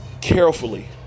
carefully